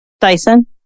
Dyson